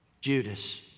Judas